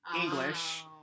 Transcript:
English